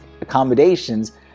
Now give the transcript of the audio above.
accommodations